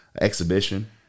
Exhibition